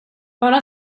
bara